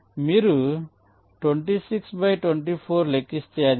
మీరు 26 బై 24 లెక్కిస్తే అది 1